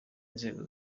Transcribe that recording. nzego